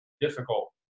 difficult